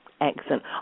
Excellent